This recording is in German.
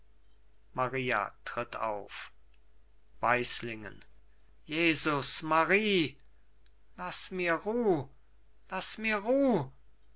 maria tritt auf weislingen jesus marie laß mir ruh laß mir ruh